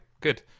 good